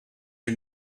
you